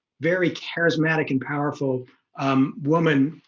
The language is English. very charismatic and powerful, um woman,